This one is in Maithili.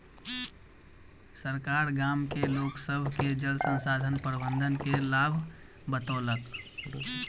सरकार गाम के लोक सभ के जल संसाधन प्रबंधन के लाभ बतौलक